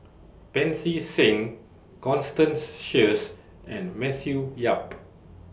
Pancy Seng Constance Sheares and Matthew Yap